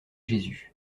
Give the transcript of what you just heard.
jésus